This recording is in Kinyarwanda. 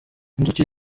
inzuki